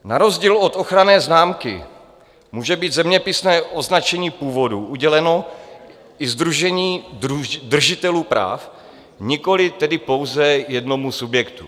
Na rozdíl od ochranné známky může být zeměpisné označení původu uděleno i sdružení držitelů práv, nikoli tedy pouze jednomu subjektu.